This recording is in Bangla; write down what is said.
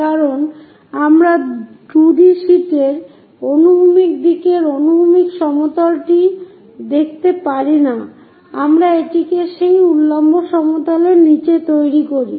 কারণ আমরা 2 ডি শীটের অনুভূমিক দিকের অনুভূমিক সমতলটি দেখাতে পারি না আমরা এটিকে সেই উল্লম্ব সমতলের নীচে তৈরি করি